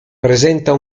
presenta